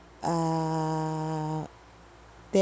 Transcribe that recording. uh